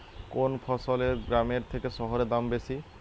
কোন ফসলের গ্রামের থেকে শহরে দাম বেশি?